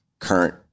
current